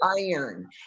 iron